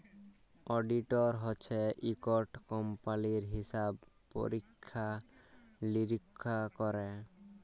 auditor হছে ইকট কম্পালির হিসাব পরিখ্খা লিরিখ্খা ক্যরে